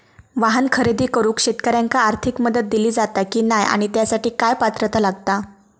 वाहन खरेदी करूक शेतकऱ्यांका आर्थिक मदत दिली जाता की नाय आणि त्यासाठी काय पात्रता लागता?